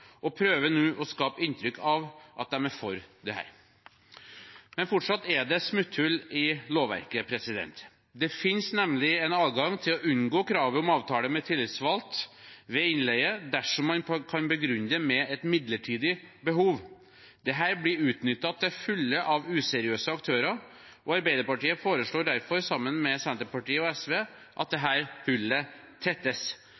og prøver å skape inntrykk av at de er for dette. Men fortsatt er det smutthull i lovverket. Det fins nemlig en adgang til å unngå kravet om avtale med tillitsvalgt ved innleie dersom man kan begrunne det med et midlertidig behov. Dette blir utnyttet til fulle av useriøse aktører. Arbeiderpartiet foreslår derfor sammen med Senterpartiet og SV at dette hullet tettes.